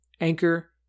Anchor